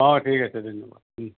অঁ ঠিক আছে ধন্যবাদ